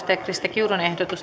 kiurun ehdotus